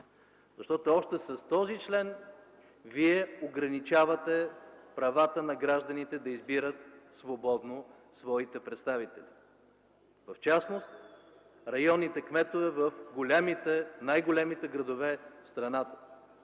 защото още с този член вие ограничавате правата на гражданите да избират свободно своите представители, в частност районните кметове в големите, в най големите градове в страната